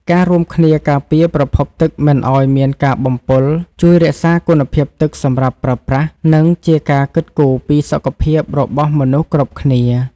ការរួមគ្នាការពារប្រភពទឹកមិនឱ្យមានការបំពុលជួយរក្សាគុណភាពទឹកសម្រាប់ប្រើប្រាស់ និងជាការគិតគូរពីសុខភាពរបស់មនុស្សគ្រប់គ្នា។